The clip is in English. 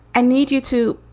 i need you to